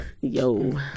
Yo